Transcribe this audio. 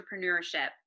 entrepreneurship